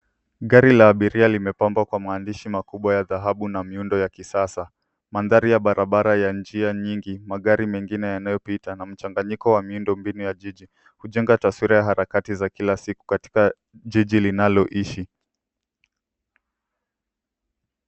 Gari la abiria limepambwa kwa maandishi makubwa ya dhahabu na miundo ya kisasa. Mandhari ya barabara ya njia nyingi, magari mengine yanayopita na mchanganyiko wa miundombinu ya jiji hujenga taswira ya harakati za kila siku katika jiji linaloishi.